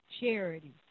charity